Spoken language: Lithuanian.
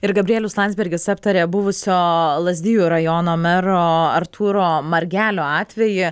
ir gabrielius landsbergis aptarė buvusio lazdijų rajono mero artūro margelio atvejį